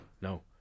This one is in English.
no